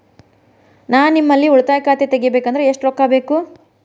ನಾ ನಿಮ್ಮಲ್ಲಿ ಉಳಿತಾಯ ಖಾತೆ ತೆಗಿಬೇಕಂದ್ರ ಎಷ್ಟು ರೊಕ್ಕ ಬೇಕು?